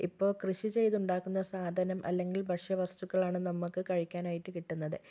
ഇപ്പോൾ കൃഷി ചെയ്തുണ്ടാക്കുന്ന സാധനം അല്ലെങ്കിൽ ഭക്ഷ്യവസ്തുക്കൾ ആണ് നമുക്ക് കഴിക്കാനായിട്ട് കിട്ടുന്നത്